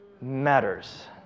matters